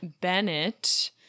Bennett